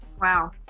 Wow